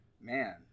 Man